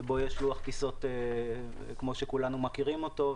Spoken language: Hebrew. שבו יש לוח טיסות כפי שכולנו מכירים אותו.